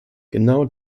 genau